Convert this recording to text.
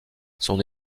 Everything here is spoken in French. son